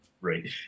Right